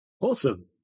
Awesome